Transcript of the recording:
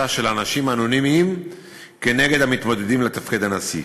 של אנשים אנונימיים נגד המתמודדים על תפקיד הנשיא.